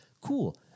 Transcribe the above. cool